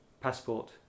passport